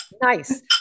Nice